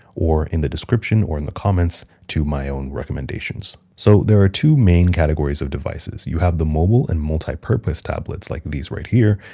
or in the description or in the comments to my own recommendations. so, there are two main categories of devices. you have the mobile and multipurpose tablets like these right here,